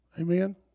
amen